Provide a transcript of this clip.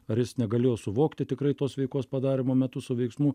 ar jis negalėjo suvokti tikrai tos veikos padarymo metu su veiksmu